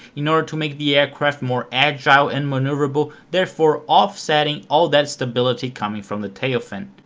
in order to make the aircraft more agile and maneuverable therefore offsetting all that stability coming from the tail fin.